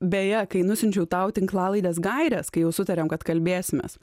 beje kai nusiunčiau tau tinklalaidės gaires kai jau sutarėm kad kalbėsimės